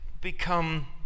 become